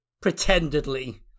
Pretendedly